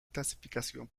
clasificación